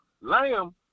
Lamb